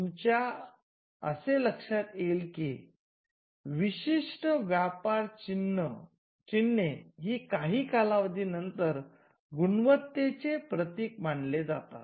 तुमच्या असे लक्षात येईल कि विशिष्ट व्यापार चिन्हे हे काही कालावधी नंतर गुणवत्तेचे प्रतीक मानले जातात